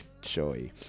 joy